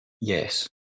Yes